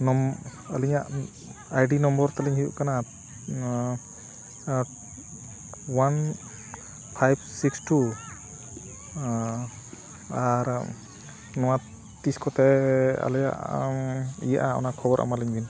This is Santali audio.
ᱟᱹᱞᱤᱧᱟᱜ ᱟᱭᱰᱤ ᱱᱚᱢᱵᱚᱨ ᱛᱟᱹᱞᱤᱧ ᱦᱩᱭᱩᱜ ᱠᱟᱱᱟ ᱳᱣᱟᱱ ᱯᱷᱟᱭᱤᱵᱷ ᱥᱤᱠᱥ ᱴᱩ ᱟᱨ ᱱᱚᱣᱟ ᱛᱤᱥ ᱠᱚᱛᱮ ᱟᱞᱮᱭᱟᱜ ᱤᱭᱟᱹᱜᱼᱟ ᱚᱱᱟ ᱠᱷᱚᱵᱚᱨ ᱮᱢᱟ ᱞᱤᱧ ᱵᱮᱱ